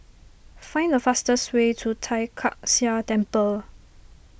find the fastest way to Tai Kak Seah Temple